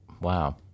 Wow